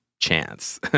chance